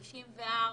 בני 94,